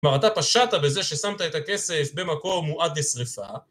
כלומר אתה פשעת בזה ששמת את הכסף במקום מועד לשריפה